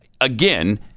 again